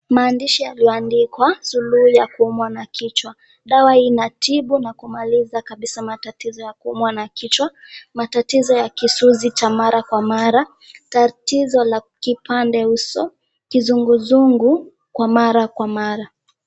Maandishi yaliandikwa suluhu ya kuumwa na kichwa. Dawa inatibu na kumaliza kabisa matatizo ya kuumwa na kichwa, matatizo ya kisunzi kwa mara kwa mara, tatizo la kipande uso, kizinguzungu kwa mara kwa mara.